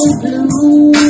blue